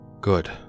good